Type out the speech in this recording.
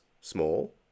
small